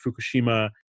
Fukushima